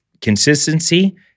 Consistency